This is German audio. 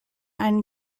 einen